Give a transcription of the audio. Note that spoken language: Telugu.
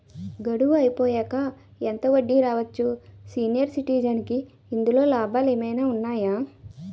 గడువు అయిపోయాక ఎంత వడ్డీ రావచ్చు? సీనియర్ సిటిజెన్ కి ఇందులో లాభాలు ఏమైనా ఉన్నాయా?